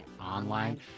Online